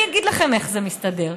אני אגיד לכם איך זה מסתדר.